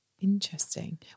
Interesting